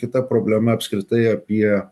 kita problema apskritai apie